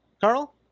Carl